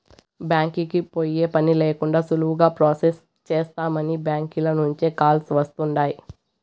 బ్యాంకీకి పోయే పనే లేకండా సులువుగా ప్రొసెస్ చేస్తామని బ్యాంకీల నుంచే కాల్స్ వస్తుండాయ్